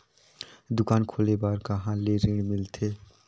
दुकान खोले बार कहा ले ऋण मिलथे?